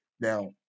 Now